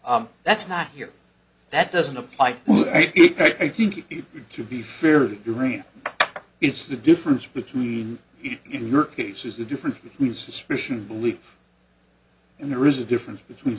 complaints that's not here that doesn't apply to be feared it's the difference between in your case is the difference between suspicion believe and there is a difference between